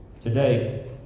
Today